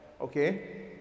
okay